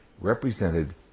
represented